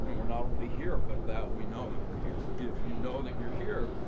and we're not only here but that we know that we're here. if you know that you're here,